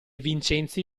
vincenzi